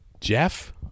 jeff